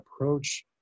approach